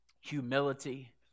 humility